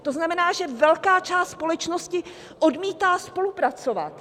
To znamená, že velká část společnosti odmítá spolupracovat.